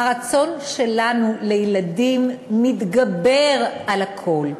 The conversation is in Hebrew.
הרצון שלנו לילדים מתגבר על הכול.